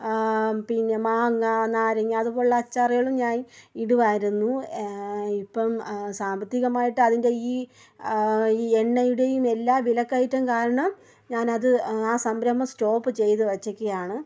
പിന്നെ മാങ്ങ നാരങ്ങ അതുപോലുള്ള അച്ചാറുകളും ഞാൻ ഇടുമായിരുന്നു ഇപ്പം സാമ്പത്തികം ആയിട്ട് അതിൻ്റെ ഈ ഈ എണ്ണയുടെയും എല്ലാം വിലക്കയറ്റം കാരണം ഞാനത് ആ സംരംഭം സ്റ്റോപ്പ് ചെയ്തു വച്ചിരിക്കുകയാണ്